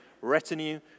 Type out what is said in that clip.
retinue